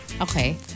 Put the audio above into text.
Okay